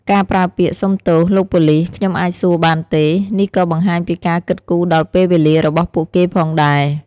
ការប្រើពាក្យ "សុំទោស លោកប៉ូលិស ខ្ញុំអាចសួរបានទេ?" នេះក៏បង្ហាញពីការគិតគូរដល់ពេលវេលារបស់ពួកគេផងដែរ។